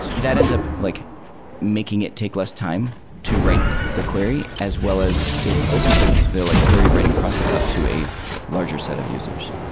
that ends up like making it take less time to write the query as well as it opens the the like query writing process up to a larger set of users.